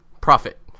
Profit